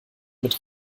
mit